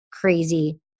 crazy